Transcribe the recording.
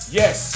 yes